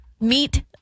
Meet